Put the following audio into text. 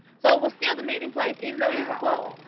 so it was still the meeting place, even though we were close.